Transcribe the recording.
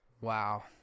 Wow